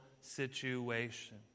situation